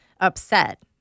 upset